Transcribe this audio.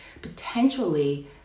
potentially